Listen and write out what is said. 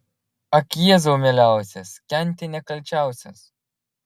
ak jėzau mieliausias kenti nekalčiausias